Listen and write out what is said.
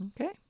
Okay